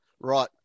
Right